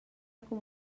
com